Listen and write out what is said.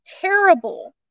terrible